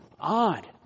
odd